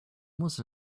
was